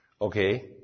Okay